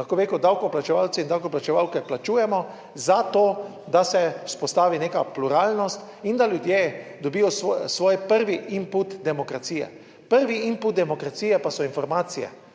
lahko bi rekel davkoplačevalci in davkoplačevalke plačujemo zato, da se vzpostavi neka pluralnost in da ljudje dobijo svoj prvi input demokracije. Prvi input demokracije pa so informacije,